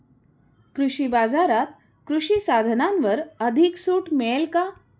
कृषी बाजारात कृषी साधनांवर अधिक सूट मिळेल का?